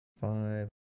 five